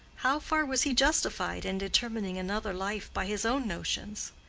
how far was he justified in determining another life by his own notions?